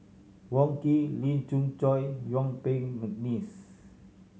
Wong Keen Lee Khoon Choy Yuen Peng McNeice